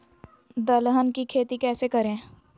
दलहन की खेती कैसे करें?